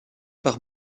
par